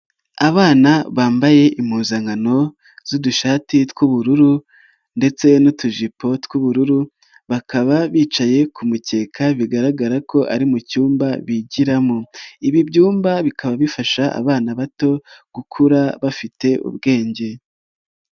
Abana bambaye impuzankano z'udushati tw'ubururu ndetse n'utujipo tw'ubururu bakaba bicaye ku mukeka bigaragara ko ari mu cyumba bigiramo, ibi byumba bikaba bifasha abana bato gukura bafite ubwenge.